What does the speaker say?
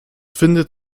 findet